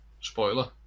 Spoiler